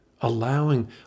allowing